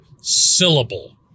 syllable